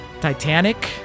Titanic